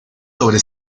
sobre